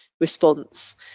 response